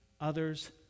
others